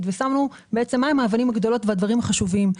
ושמנו את האבנים הגדולות והדברים החשובים.